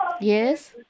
Yes